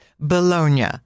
Bologna